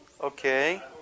Okay